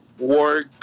Work